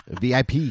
VIP